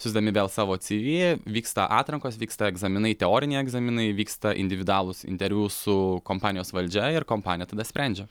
siųsdami vėl savo cv vyksta atrankos vyksta egzaminai teoriniai egzaminai vyksta individualūs interviu su kompanijos valdžia ir kompanija tada sprendžia